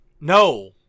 No